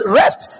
rest